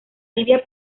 tibia